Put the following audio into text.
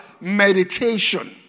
meditation